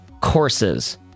courses